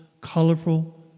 colorful